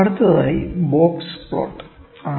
അടുത്തതായി box plot ആണ്